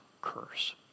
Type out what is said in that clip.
curse